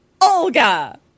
Olga